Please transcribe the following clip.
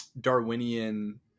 Darwinian